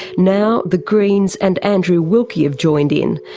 now the greens and andrew wilkie have joined in,